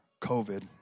COVID